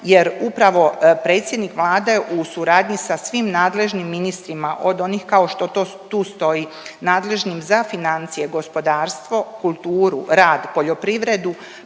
jer upravo predsjednik Vlade u suradnji sa svim nadležnim ministrima, od onih kao što tu stoji, nadležnim za financije, gospodarstvo, kulturu, rad, poljoprivredu,